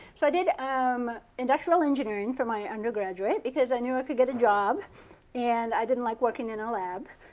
so i did um industrial engineering for my undergraduate, because i knew i could get a job and i didn't like working in a lab.